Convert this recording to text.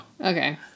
Okay